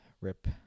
rip